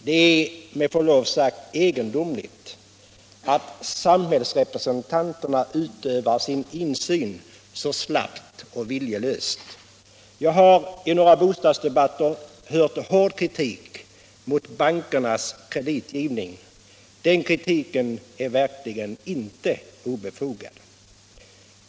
Det är med förlov sagt egendomligt att samhällsrepresentanterna utövar sin insyn så slappt och viljelöst. Jag har i några bostadsdebatter hört hård kritik riktas mot bankernas kreditgivning. Den kritiken är verkligen inte obefogad.